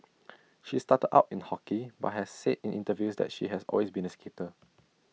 she started out in hockey but has said in interviews that she has always been A skater